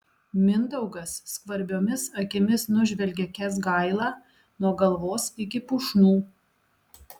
mindaugas skvarbiomis akimis nužvelgia kęsgailą nuo galvos iki pušnų